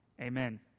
Amen